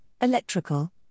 electrical